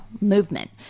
movement